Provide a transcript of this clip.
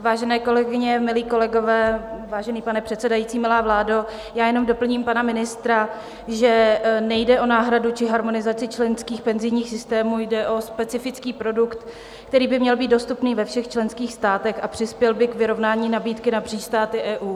Vážené kolegyně, milí kolegové, vážený pane předsedající, milá vládo, já jenom doplním pana ministra, že nejde o náhradu či harmonizaci členských penzijních systémů, jde o specifický produkt, který by měl být dostupný ve všech členských státech a přispěl by k vyrovnání nabídky napříč státy EU.